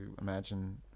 imagine